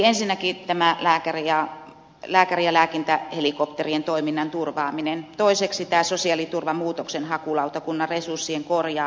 ensinnäkin lääkäri ja lääkintähelikopterien toiminnan turvaaminen toiseksi sosiaaliturvan muutoksenhakulautakunnan resurssien korjaaminen